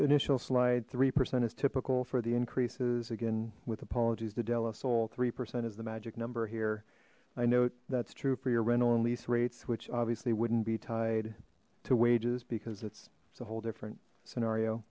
initial slide three percent is typical for the increases again with apologies to delos all three percent is the magic number here i note that's true for your rental and lease rates which obviously wouldn't be tied to wages because it's a whole different scenario